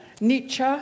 Nietzsche